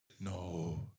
no